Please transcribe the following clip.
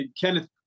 Kenneth